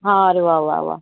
हां अरे वा वा वा